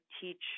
teach